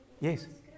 Yes